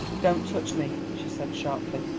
don't touch me, she said sharply,